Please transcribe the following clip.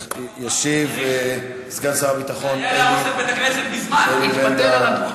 ישיב סגן שר הביטחון אלי בן-דהן.